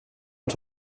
und